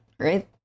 right